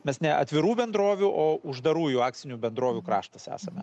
mes ne atvirų bendrovių o uždarųjų akcinių bendrovių kraštas esame